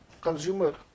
consumer